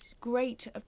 great